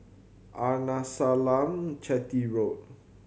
Arnasalam Chetty Road